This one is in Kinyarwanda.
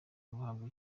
guhabwa